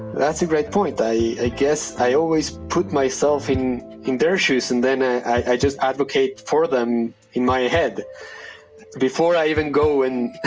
that's a great point i ah guess i always put myself in in their shoes and then i i just advocate for them in my head before i even go